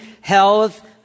health